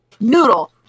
noodle